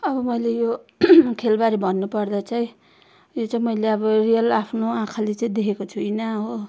अब मैले यो खेलबारे भन्नुपर्दा चाहिँ यो चाहिँ मैले अब रियल आफ्नो आँखाले चाहिँ देखेको छुइनँ हो